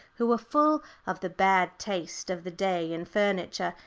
who were full of the bad taste of the day in furniture,